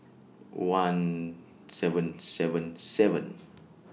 one seven seven seven